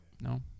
no